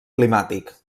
climàtic